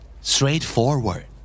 Straightforward